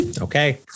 okay